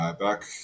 back